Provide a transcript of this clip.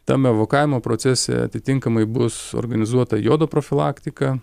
tame evakavimo procese atitinkamai bus organizuota jodo profilaktika